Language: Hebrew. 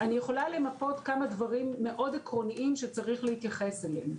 אני יכולה למפות כמה דברים מאוד עקרוניים שצריך להתייחס אליהם.